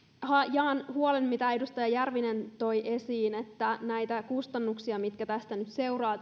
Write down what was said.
jaan huolen siitä mitä edustaja järvinen toi esiin että näitä kustannuksia mitä tästä viivästetystä aikataulusta nyt seuraa